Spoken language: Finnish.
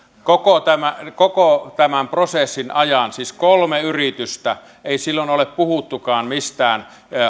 ei koko tämän prosessin ajan siis kolme yritystä ole puhuttukaan mistään